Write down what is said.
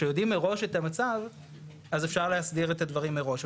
כשיודעים מראש את המצב אז אפשר להסדיר את הדברים מראש,